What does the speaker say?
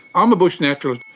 um a bush naturalist.